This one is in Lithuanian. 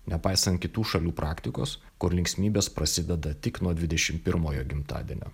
nepaisant kitų šalių praktikos kur linksmybės prasideda tik nuo dvidešim pirmojo gimtadienio